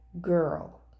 girl